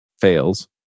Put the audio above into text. fails